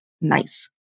nice